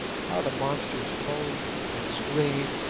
how the monsters foamed and screamed,